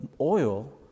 oil